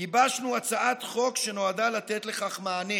גיבשנו הצעת חוק שנועדה לתת לכך מענה.